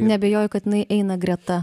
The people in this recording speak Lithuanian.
neabejoju kad jinai eina greta